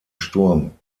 sturm